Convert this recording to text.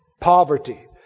poverty